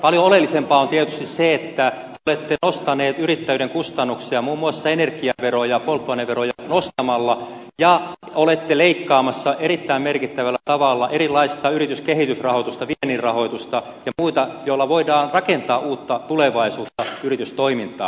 paljon oleellisempaa on tietysti se että te olette nostaneet yrittäjyyden kustannuksia muun muassa energiaveroja polttoaineveroja nostamalla ja olette leikkaamassa erittäin merkittävällä tavalla erilaista yrityskehitysrahoitusta viennin rahoitusta ja muita joilla voidaan rakentaa uutta tulevaisuutta yritystoimintaan